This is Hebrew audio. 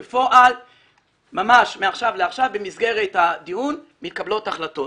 אבל בפועל מתקבלות החלטות